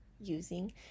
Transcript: using